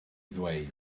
ddweud